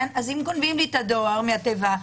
גונבים לי את הדואר מהתיבה,